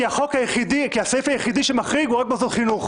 כי הסעיף היחידי שמחריג הוא רק את מוסדות החינוך.